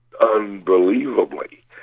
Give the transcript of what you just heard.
unbelievably